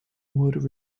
would